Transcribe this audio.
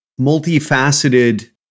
multifaceted